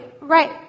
right